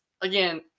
again